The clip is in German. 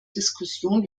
diskussion